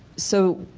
so,